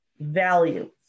Value